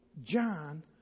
John